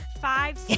Five